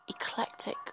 eclectic